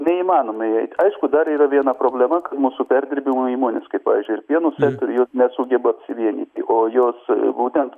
neįmanoma įeit aišku dar yra viena problema mūsų perdirbimo įmonės kaip pavyzdžiui ir pieno sektoriuj jos nesugeba apsivienyti o jos būtent